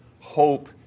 hope